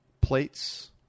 plates